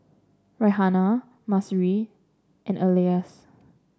Raihana Mahsuri and Elyas